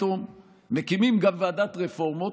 פתאום מקימים גם ועדת רפורמות,